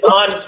on